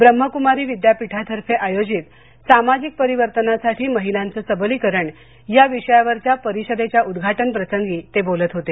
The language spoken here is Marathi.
ब्रह्मकुमारी विद्यापीठातर्फे आयोजित सामाजिक परिवर्तनासाठी महिलांचे सबलीकरण या विषयावरच्या परिषदेच्या उद्घाटन प्रसंगी ते बोलत होते